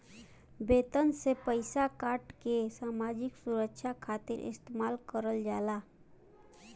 वेतन से पइसा काटके सामाजिक सुरक्षा खातिर इस्तेमाल करल जाला